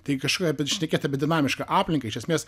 tai kažkokia bet šnekėti apie dinamišką aplinką iš esmės